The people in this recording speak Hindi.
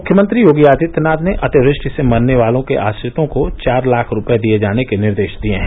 मुख्यमंत्री योगी आदित्यनाथ ने अतिवृष्टि से मरने वालों के आश्रितों को चार लाख रूपये दिये जाने के निर्देश दिये है